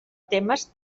temes